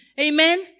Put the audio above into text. Amen